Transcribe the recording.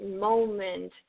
moment